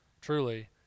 truly